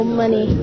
money